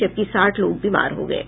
जबकि साठ लोग बीमार हो गये हैं